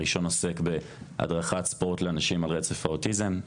הראשון עוסק בהדרכת ספורט לאנשים על רצף האוטיזם,